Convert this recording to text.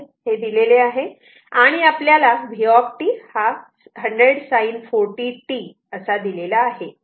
हे दिलेले आहे आणि आपल्याला v 100 sin 40 t दिलेले आहे